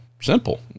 simple